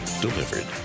delivered